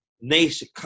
nation